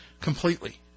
completely